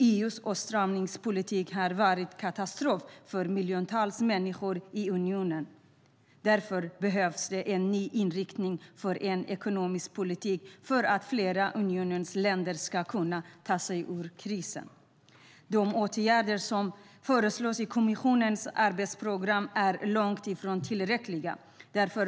EU:s åtstramningspolitik har varit en katastrof för miljontals människor i unionen. Därför behövs det en ny inriktning för den ekonomiska politiken för att flera av unionens länder ska kunna ta sig ur krisen.De åtgärder som föreslås i kommissionens arbetsprogram är långt ifrån tillräckliga.